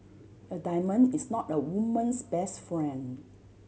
a diamond is not a woman's best friend